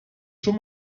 schon